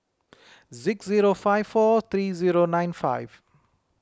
six zero five four three zero nine five